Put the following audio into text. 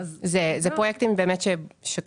רשימת האיחוד הערבי): אני מכירה בתי חולים שעשו את הבינוי,